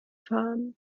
fahren